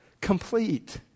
complete